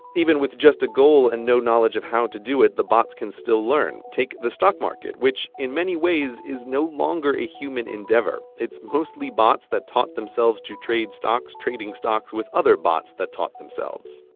even with just a goal and no knowledge of how to do it the bots can still learn. take the stock market which, in many ways, is no longer a human endeavor. it's mostly bots that taught themselves to trade stocks, trading stocks with other bots that taught themselves.